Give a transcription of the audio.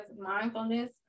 mindfulness